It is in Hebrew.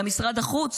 גם משרד החוץ